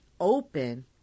open